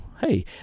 hey